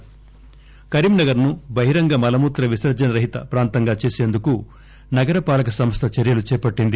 కరీంనగర్ కరీంనగర్ ను బహిరంగ మలమూత్ర విసర్హన రహిత ప్రాంతంగా చేసేందుకు నగర పాలక సంస్థ చర్యలు చేపట్టింది